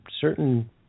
certain